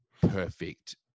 perfect